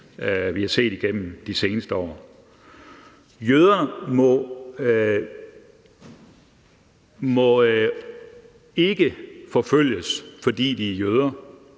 samfund igennem de seneste år. Jøder må ikke forfølges, fordi de er jøder,